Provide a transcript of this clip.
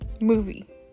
movie